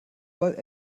weil